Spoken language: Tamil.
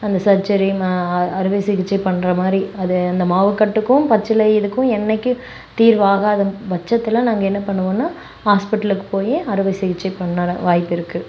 அந்த சர்ஜரி னா அ அறுவை சிகிச்சை பண்ணுற மாதிரி அது இந்த மாவுக்கட்டுக்கும் பச்சிலை இதுக்கும் எண்ணைக்கும் தீர்வாகாத பட்சத்தில் நாங்கள் என்ன பண்ணுவோம்னா ஹாஸ்பிட்லுக்கு போய் அறுவை சிகிச்சை பண்ண தான் வாய்ப்பிருக்குது